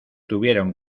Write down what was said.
tuvieron